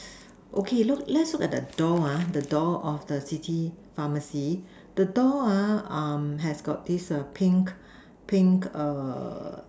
okay look let's look at the the door ah the door of the city pharmacy the door ah um has got this err pink pink err